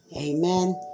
Amen